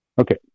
Okay